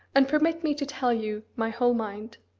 and permit me to tell you my whole mind.